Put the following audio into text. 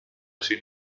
sin